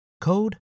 code